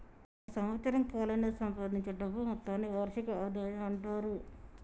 ఒక సంవత్సరం కాలంలో సంపాదించే డబ్బు మొత్తాన్ని వార్షిక ఆదాయం అంటారు